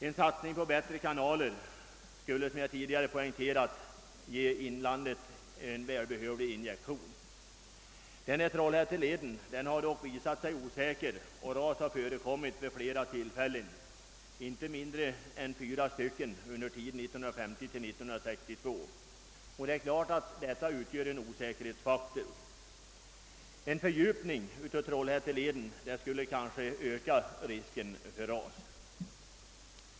En satsning på bättre kanaler skulle, såsom jag tidigare poängterat, ge inlandet en välbehövlig injektion. Trollhätteleden har visat sig vara osäker. Ras har förekommit vid inte mindre än fyra tillfällen under tiden 1950—1962, och detta utgör självfallet en osäkerhetsfaktor. En fördjupning av Trollhätteleden skulle kanske öka risken för ras.